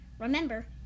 Remember